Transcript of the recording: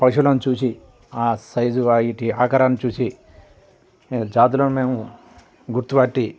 పశువులను చూసి ఆ సైజు వాటి ఆకారాన్ని చూసి ఏ జాతులో మేము గుర్తుపట్టి